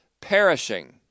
perishing